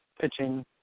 pitching